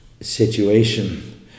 situation